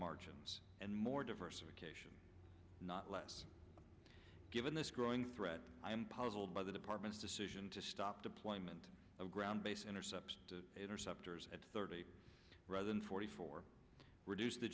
margins and more diversification not less given this growing threat i am puzzled by the department's decision to stop deployment of ground based interceptors interceptors at thirty rather than forty four reduce the